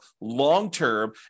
long-term